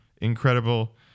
Incredible